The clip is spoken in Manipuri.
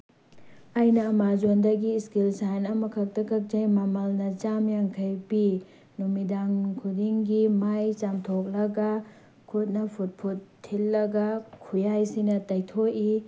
ꯑꯩꯅ ꯑꯥꯃꯥꯖꯣꯟꯗꯒꯤ ꯏꯁꯀꯤꯟ ꯁꯥꯏꯟ ꯑꯃꯈꯛꯇ ꯀꯛꯆꯩ ꯃꯃꯜꯅ ꯆꯥꯝꯃ ꯌꯥꯡꯈꯩ ꯄꯤ ꯅꯨꯃꯤꯗꯥꯡ ꯈꯨꯗꯤꯡꯒꯤ ꯃꯥꯏ ꯆꯥꯝꯊꯣꯛꯂꯒ ꯈꯨꯠꯅ ꯐꯨꯠ ꯐꯨꯠ ꯊꯤꯜꯂꯒ ꯈꯨꯠꯌꯥꯏꯁꯤꯅ ꯇꯩꯊꯣꯛꯏ